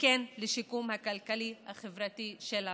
וכן לשיקום הכלכלי-החברתי של הפליטים".